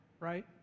right